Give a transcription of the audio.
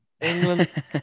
England